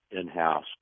in-house